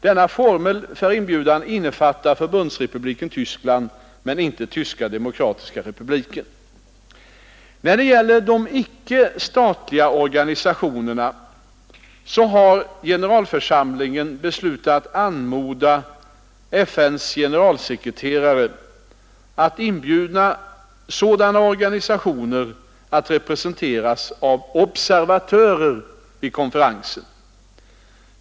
Denna formel för inbjudan innefattar Förbundsrepubliken Tyskland men inte Tyska demokratiska republiken. När det gäller de icke-statliga organisationerna har generalförsamlingen beslutat anmoda FN:s generalsekreterare att inbjuda sådana organisationer att representeras av observatörer vid konferensen.